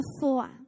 four